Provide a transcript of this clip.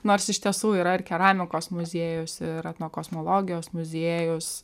nors iš tiesų yra ir keramikos muziejus ir etnokosmologijos muziejus